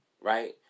Right